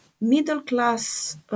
middle-class